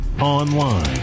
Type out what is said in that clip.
Online